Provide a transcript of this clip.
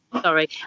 Sorry